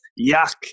yuck